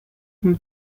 upon